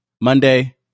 Monday